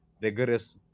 rigorous